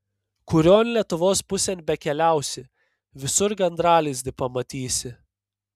kurion lietuvos pusėn bekeliausi visur gandralizdį pamatysi